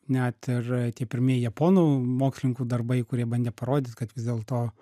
net ir tie pirmieji japonų mokslininkų darbai kurie bandė parodyt kad vis dėlto